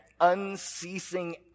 unceasing